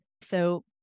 so-